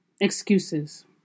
excuses